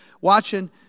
watching